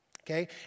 Okay